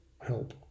help